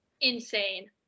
Insane